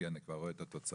כי אני כבר רואה את התוצאות: